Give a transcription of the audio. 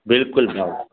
बिल्कुलु भाऊ